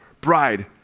Bride